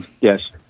Yes